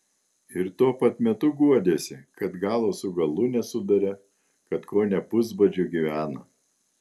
ir tuo pat metu guodėsi kad galo su galu nesuduria kad kone pusbadžiu gyvena